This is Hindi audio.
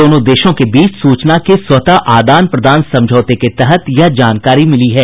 दोनों देशों के बीच सूचना के स्वतरू आदान प्रदान समझौते के तहत यह जानकारी मिली है